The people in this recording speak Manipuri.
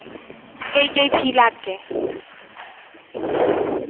ꯀꯔꯤ ꯀꯔꯤ ꯐꯤ ꯂꯥꯛꯀꯦ